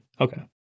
Okay